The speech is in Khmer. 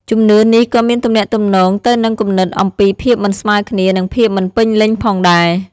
ជំនឿនេះក៏មានទំនាក់ទំនងទៅនឹងគំនិតអំពីភាពមិនស្មើគ្នានិងភាពមិនពេញលេញផងដែរ។